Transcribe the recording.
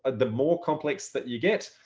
ah the more complex that you get,